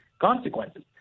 consequences